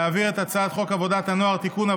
להעביר את הצעת חוק עבודת הנוער (תיקון,